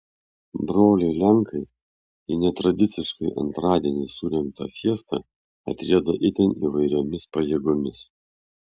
broliai lenkai į netradiciškai antradienį surengtą fiestą atrieda itin įvairiomis pajėgomis